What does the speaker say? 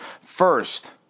First